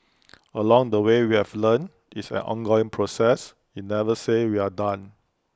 along the way we've learnt it's an ongoing process you never say we're done